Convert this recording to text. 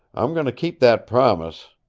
i'm going to keep that promise.